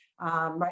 right